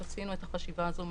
עשינו את החשיבה הזו,